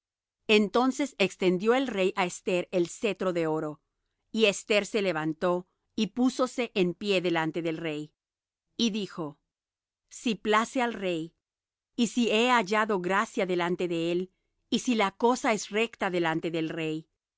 entonces extendió el rey á esther el cetro de oro y esther se levantó y púsose en pie delante del rey y dijo si place al rey y si he hallado gracia delante de el y si la cosa es recta delante del rey y